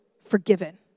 forgiven